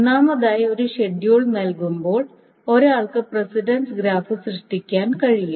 ഒന്നാമതായി ഒരു ഷെഡ്യൂൾ നൽകുമ്പോൾ ഒരാൾക്ക് പ്രസിഡൻസ് ഗ്രാഫ് സൃഷ്ടിക്കാൻ കഴിയും